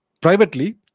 privately